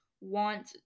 want